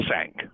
sank